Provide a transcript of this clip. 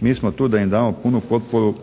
Mi smo tu da im damo punu potporu